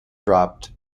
dropped